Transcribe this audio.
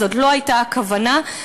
זאת לא הייתה הכוונה.